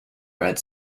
red